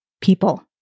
people